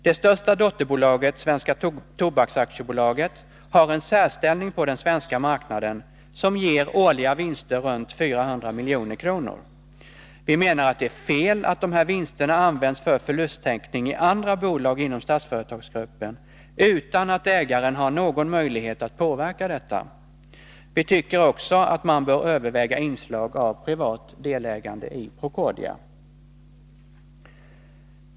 Det största dotterbolaget, Svenska Tobaks AB, har en särställning på den svenska marknaden som ger årliga vinster på omkring 400 milj.kr. Vi menar att det är fel att dessa vinster används för förlusttäckning i andra bolag inom Statsföretagsgruppen utan att ägaren har någon möjlighet att påverka detta. Vi tycker också att man bör överväga inslag av privat delägande i Procordia.